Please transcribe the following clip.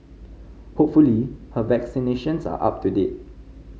hopefully her vaccinations are up to date